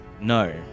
No